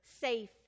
safe